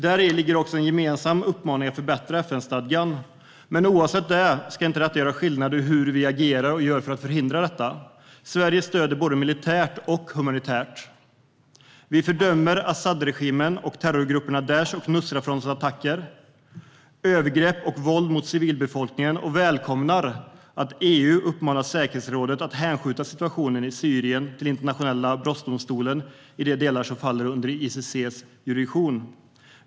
Däri ligger också en gemensam uppmaning om att försöka förbättra FN-stadgan. Men detta ska inte göra skillnad när det gäller hur vi agerar och vad vi gör för att förhindra detta. Sveriges stöd är både militärt och humanitärt. Vi fördömer Asadregimens och terrorgrupperna Daishs och Nusrafrontens attacker, övergrepp och våld mot civilbefolkningen, och vi välkomnar att EU uppmanat säkerhetsrådet att hänskjuta situationen i Syrien till Internationella brottmålsdomstolen i de delar som faller under ICC:s jurisdiktion.